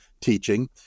teaching